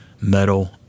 metal